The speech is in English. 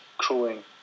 crewing